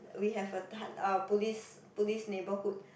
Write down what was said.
we have a um police police neighbourhood